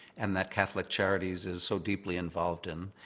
and that catholic charities is so deeply involved in.